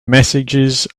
messages